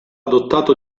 adottato